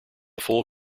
full